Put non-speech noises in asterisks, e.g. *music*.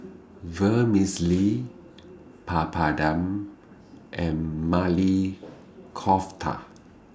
*noise* Vermicelli Papadum and Maili Kofta